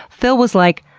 phil was like,